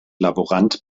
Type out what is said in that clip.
laborant